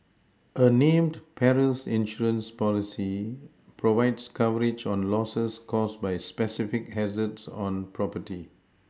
a named perils insurance policy provides coverage on Losses caused by specific hazards on property